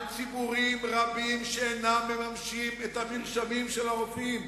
על ציבורים רבים שאינם מממשים את המרשמים של הרופאים.